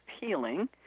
healing